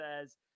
says